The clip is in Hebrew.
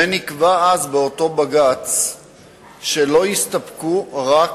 ונקבע אז באותו בג"ץ שלא יסתפקו רק